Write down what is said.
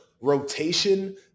rotation